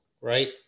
right